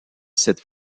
cette